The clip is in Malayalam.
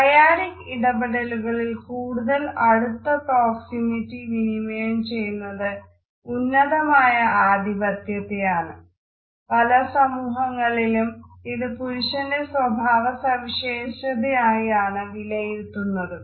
ഡയാഡിക് ഇടപെടലുകളിലെ കൂടുതൽ അടുത്ത പ്രോക്സെമിറ്റി വിനിമയം ചെയ്യുന്നത് ഉന്നതമായ ആധിപത്യത്തെയാണ് പല സമൂഹങ്ങളിലും ഇത് പുരുഷന്റെ സ്വഭാവ സവിശേഷതയായാണ് വിലയിരുത്തുന്നതും